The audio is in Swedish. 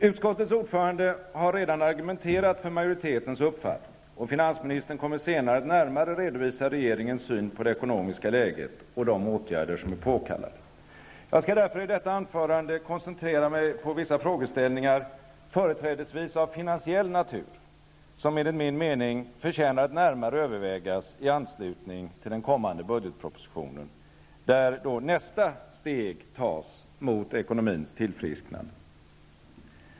Utskottets ordförande har redan argumenterat för majoritetens uppfattning, och finansministern kommer senare att närmare redovisa regeringens syn på det ekonomiska läget och de åtgärder som är påkallade. Jag skall därför i detta anförande koncentrera mig på vissa frågeställningar, företrädesvis av finansiell natur, som enligt min mening förtjänar att närmare övervägas i anslutning till den kommande budgetpropositionen, där nästa steg mot ekonomins tillfrisknande tas.